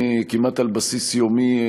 כמעט על בסיס יומי,